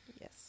Yes